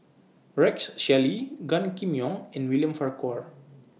Rex Shelley Gan Kim Yong and William Farquhar